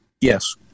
Yes